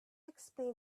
explain